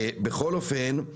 בכל אופן,